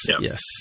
Yes